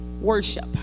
worship